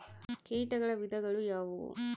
ಕೇಟಗಳ ವಿಧಗಳು ಯಾವುವು?